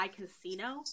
casino